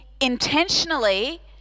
intentionally